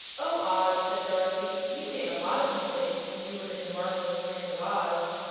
oh, oz! said dorothy you made a lot of mistakes when you were in the marvelous land of oz.